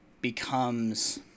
becomes